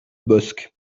bosc